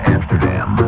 Amsterdam